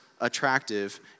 attractive